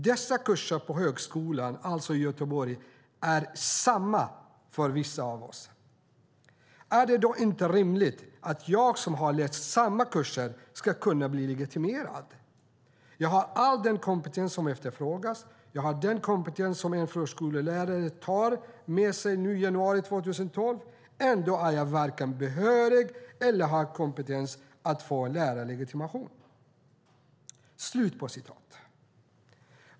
Dessa kurser på högskolan i Göteborg är samma för vissa av oss. Är det då inte rimligt att jag som har läst samma kurser ska kunna bli legitimerad? Jag har all den kompetens som efterfrågas. Jag har den kompetens som en förskollärare tar med sig nu i januari 2012, och ändå är jag varken behörig eller har kompetens att få lärarlegitimation.